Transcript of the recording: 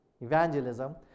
Evangelism